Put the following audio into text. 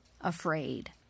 afraid